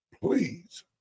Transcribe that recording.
Please